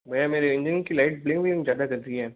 भैया मेरे इंजन की लाइट बिलिंग बिलिंग ज़्यादा कर रही है